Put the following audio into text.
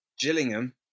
Gillingham